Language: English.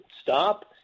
Stop